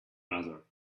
other